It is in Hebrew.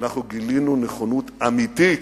אנחנו גילינו נכונות אמיתית,